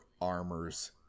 armor's